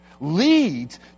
leads